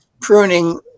pruning